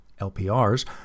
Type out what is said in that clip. LPRs